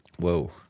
Whoa